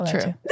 True